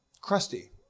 crusty